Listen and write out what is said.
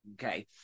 okay